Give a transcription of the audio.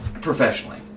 professionally